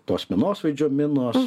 tos minosvaidžio minos